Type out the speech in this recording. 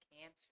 cancer